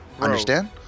Understand